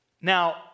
Now